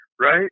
right